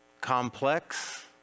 complex